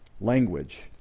language